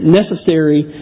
necessary